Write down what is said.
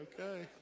Okay